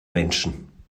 menschen